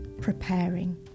preparing